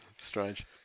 strange